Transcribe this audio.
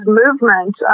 movement